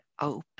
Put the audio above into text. open